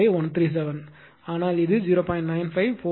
95137 ஆனால் இது 0